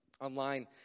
online